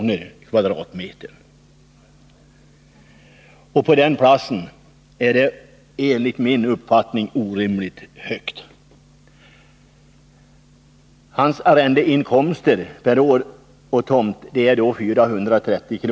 per kvadratmeter, vilket enligt min mening är ett orimligt högt pris på den platsen. Hans arrendeinkomster är samtidigt 430 kr.